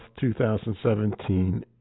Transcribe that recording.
2017